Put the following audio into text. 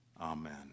Amen